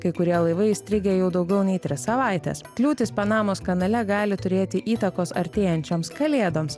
kai kurie laivai įstrigę jau daugiau nei tris savaites kliūtys panamos kanale gali turėti įtakos artėjančioms kalėdoms